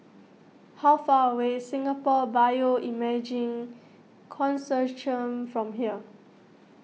how far away Singapore Bioimaging Consortium from here